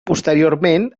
posteriorment